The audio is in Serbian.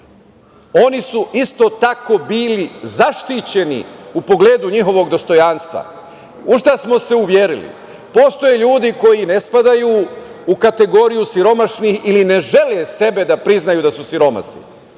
oni su isto tako bili zaštićeni u pogledu njihovog dostojanstva, u šta smo se uverili. Postoje ljudi koji ne spadaju u kategoriju siromašnih ili ne žele sebe da priznaju da su siromasi.